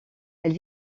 elle